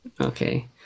okay